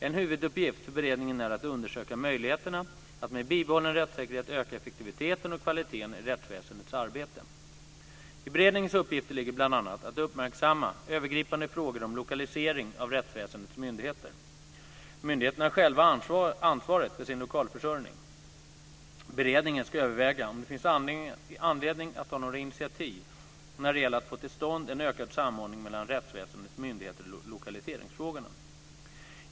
En huvuduppgift för beredningen är att undersöka möjligheterna att med bibehållen rättssäkerhet öka effektiviteten och kvaliteten i rättsväsendets arbete. I beredningens uppgifter ligger bl.a. att uppmärksamma övergripande frågor om lokaliseringen av rättsväsendets myndigheter. Myndigheterna har själva ansvaret för sin lokalförsörjning. Beredningen ska överväga om det finns anledning att ta några initiativ när det gäller att få till stånd en ökad samordning mellan rättsväsendets myndigheter i lokaliseringsfrågorna.